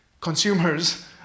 consumers